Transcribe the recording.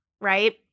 right